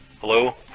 Hello